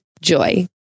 Joy